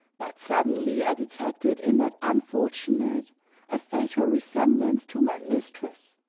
but suddenly i detected in that unfortunate a fatal resemblance to my mistress.